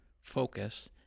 focus